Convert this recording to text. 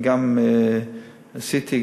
וגם עשיתי,